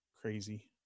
Crazy